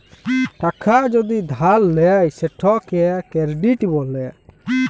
টাকা যদি ধার লেয় সেটকে কেরডিট ব্যলে